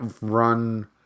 run